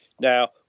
Now